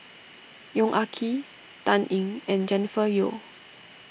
Yong Ah Kee Dan Ying and Jennifer Yeo